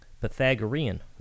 Pythagorean